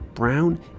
Brown